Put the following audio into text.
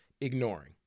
ignoring